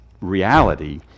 reality